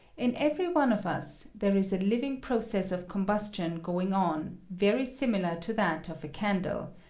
in every one of us there is a living process of combustion going on very similar to that of a candle,